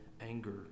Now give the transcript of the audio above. anger